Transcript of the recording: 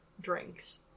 drinks